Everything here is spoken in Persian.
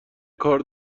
کار